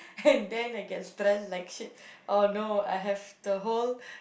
and then I get stressed like shit oh no I have the whole